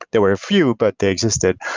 there were few, but they existed.